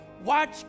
Watch